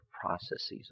processes